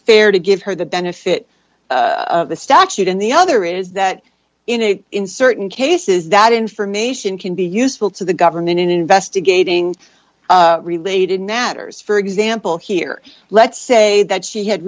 fair to give her the benefit of the statute and the other is that in it in certain cases that information can be useful to the government in investigating related natters for example here let's say that she had